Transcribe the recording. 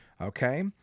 Okay